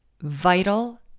vital